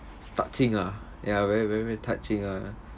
touching ah ya very very very touching ah